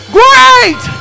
great